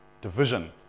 division